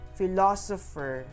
philosopher